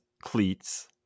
cleats